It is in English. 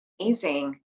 amazing